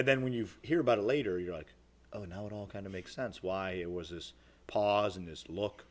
and then when you've hear about it later you're like oh you know it all kind of makes sense why it was this pause and just look